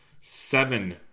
seven